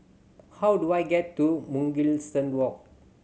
how do I get to Mugliston Walk